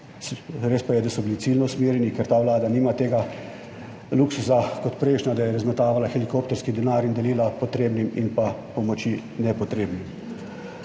Res pa je, da so bili ciljno usmerjeni, ker ta vlada nima tega luksuza kot prejšnja, da je razmetavala helikopterski denar in delila potrebnim in pa pomoči nepotrebnim.